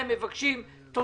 וזה